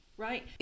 Right